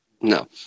no